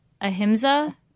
Ahimsa